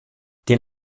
den